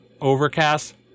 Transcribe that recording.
Overcast